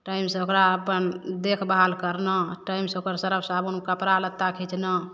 टाइमसँ ओकरा अपन देखभाल करना टाइमसँ ओकर सर्फ साबुन कपड़ा लत्ता खीचना